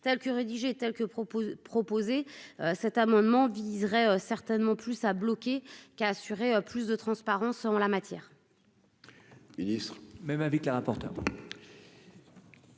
telle que rédigée tels que propose proposer cet amendement viserait certainement plus à bloquer qu'à assurer plus de transparence en la matière.